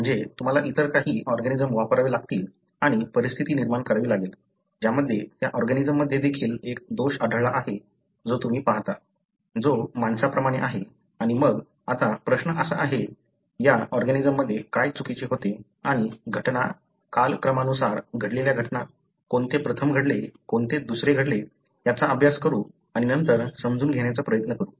म्हणजे तुम्हाला इतर काही ऑर्गॅनिजम वापरावे लागतील आणि परिस्थिती निर्माण करावी लागेल ज्यामध्ये त्या ऑर्गॅनिजममध्ये देखील एक दोष आढळला आहे जो तुम्ही पाहता जो माणसांप्रमाणे आहे आणि मग आता प्रश्न असा आहे या ऑर्गॅनिजममध्ये काय चुकीचे होते आणि घटना कालक्रमानुसार घडलेल्या घटना कोणते प्रथम घडले कोणते दुसरे घडले याचा अभ्यास करू आणि नंतर समजून घेण्याचा प्रयत्न करू